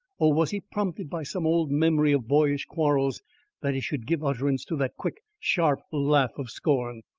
or was he prompted by some old memory of boyish quarrels that he should give utterance to that quick, sharp laugh of scorn!